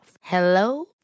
Hello